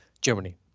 Germany